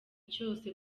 cyose